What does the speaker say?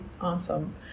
Awesome